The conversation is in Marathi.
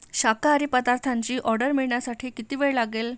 शाकाहारी पदार्थांची ऑर्डर मिळण्यासाठी किती वेळ लागेल